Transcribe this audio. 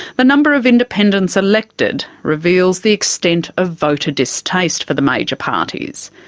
the number of independents elected reveals the extent of voter distaste for the major parties.